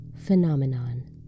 phenomenon